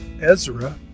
Ezra